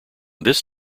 this